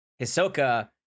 Hisoka